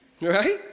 Right